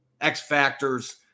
X-Factors